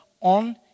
on